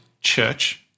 church